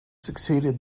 succeeded